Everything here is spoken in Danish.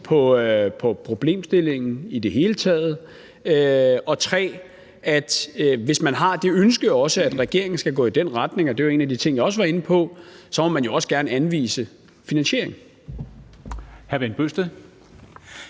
på problemstillingen i det hele taget. Og hvis man har det ønske, at regeringen også skal gå i den retning – og det er jo en af de ting, jeg også var inde på – må man også gerne anvise finansiering. Kl. 13:56